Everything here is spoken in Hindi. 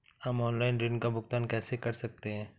हम ऑनलाइन ऋण का भुगतान कैसे कर सकते हैं?